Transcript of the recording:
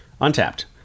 untapped